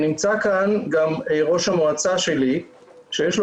נמצא כאן גם ראש המועצה שלי שיש לו